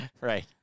Right